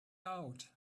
out